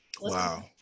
wow